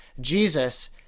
Jesus